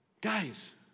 guys